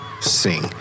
sing